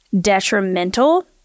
detrimental